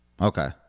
Okay